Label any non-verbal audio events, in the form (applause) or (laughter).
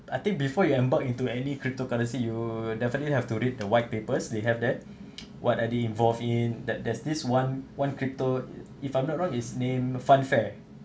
I think before you embark into any cryptocurrency you definitely have to read the white papers they have that (noise) what are they involved in that there's this one one crypto if I'm not wrong it's name funfair